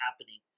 happening